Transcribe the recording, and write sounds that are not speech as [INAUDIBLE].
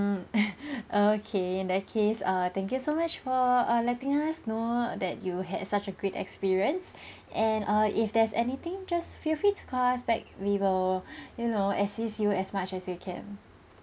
~(mm) [LAUGHS] okay in that case err thank you so much for err letting us know that you had such a great experience and err if there's anything just feel free to call us back we will you know assist you as much as we can